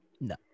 No